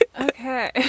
Okay